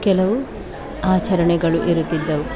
ಕೆಲವು ಆಚರಣೆಗಳು ಇರುತ್ತಿದ್ದವು